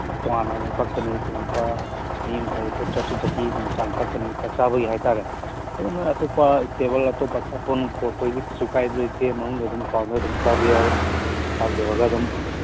ꯇꯣꯉꯥꯟꯅ ꯑꯗꯨꯝ ꯀꯛꯀꯅꯤ ꯑꯗꯨꯝ ꯂꯨꯄꯥ ꯃꯤ ꯑꯃꯗ ꯂꯨꯄꯥ ꯊꯥꯔꯇꯤ ꯊꯥꯔꯇꯤ ꯑꯗꯨꯝ ꯆꯥꯡ ꯀꯛꯀꯅꯤ ꯆꯥꯛ ꯆꯥꯕꯒꯤ ꯍꯥꯏꯇꯥꯔꯦ ꯑꯗꯣ ꯅꯣꯏ ꯑꯇꯣꯞꯄ ꯇꯦꯕꯜ ꯑꯇꯣꯞꯄ ꯑꯆꯥꯄꯣꯠ ꯅꯨꯡꯄꯣꯠ ꯄꯣꯔꯛꯄꯩꯗꯤ ꯀꯩꯁꯨ ꯀꯥꯏꯕ ꯂꯩꯇꯦ ꯃꯅꯨꯡꯗ ꯑꯗꯨꯝ ꯀꯥꯗ ꯑꯗꯨꯝ ꯆꯥꯕ ꯌꯥꯏ ꯆꯥꯕ ꯂꯣꯏꯔꯒ ꯑꯗꯨꯝ